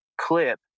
clip